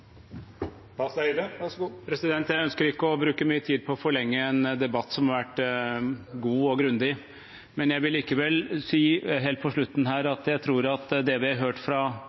Jeg ønsker ikke å bruke mye tid på å forlenge en debatt som har vært god og grundig, men jeg vil likevel si helt på slutten at jeg tror det vi har hørt fra